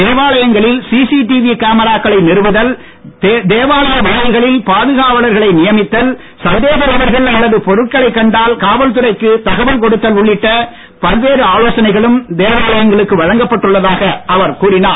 தேவாலயங்களில் சிசிடிவி கேமராக்களை நிறுவுதல் தேவாலய வாயில்களில் பாதுகாவலர்களை நியமித்தல் சந்தேக நபர்கள் அல்லது பொருட்களைக் கண்டால் காவல்துறைக்கு தகவல் கொடுத்தல் உள்ளிட்ட தேவாலயங்களுக்கு வழங்கப்பட்டுள்ளதாக அவர் கூறினார்